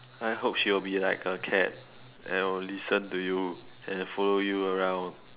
I hope she will be like a cat and will listen to you and follow you around